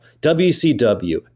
WCW